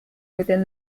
within